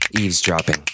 eavesdropping